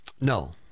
No